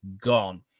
gone